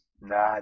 Nah